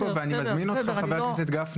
אומרים: קול קורא, לא קול קורא.